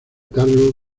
carlo